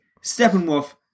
Steppenwolf